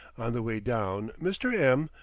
on the way down, mr. m,